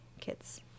kids